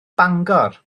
bangor